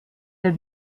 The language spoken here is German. der